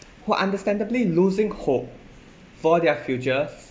who understandably losing hope for their future